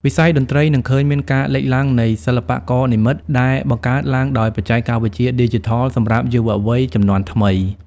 វិស័យតន្ត្រីនឹងឃើញមានការលេចឡើងនៃសិល្បករនិម្មិត ដែលបង្កើតឡើងដោយបច្ចេកវិទ្យាឌីជីថលសម្រាប់យុវវ័យជំនាន់ថ្មី។